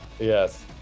Yes